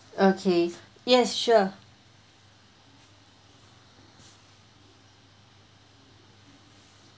okay yes sure